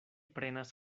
prenas